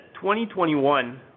2021